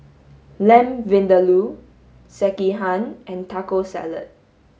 Lamb Vindaloo Sekihan and Taco Salad